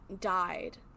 died